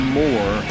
more